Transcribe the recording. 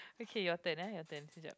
okay your turn eh your turn